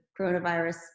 coronavirus